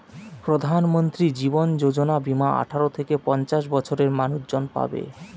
প্রধানমন্ত্রী জীবন যোজনা বীমা আঠারো থেকে পঞ্চাশ বছরের মানুষজন পাবে